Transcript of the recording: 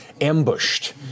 ambushed